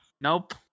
Nope